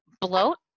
bloat